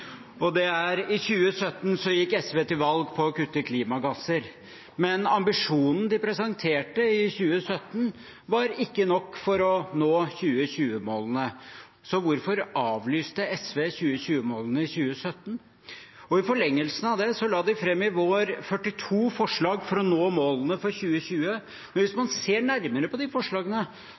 har noen spørsmål. I 2017 gikk SV til valg på å kutte klimagasser, men ambisjonen de presenterte i 2017, var ikke nok for å nå 2020-målene. Så hvorfor avlyste SV 2020-målene i 2017? I forlengelsen av det la de i vår fram 42 forslag for å nå målene for 2020. Men hvis man ser nærmere på de forslagene,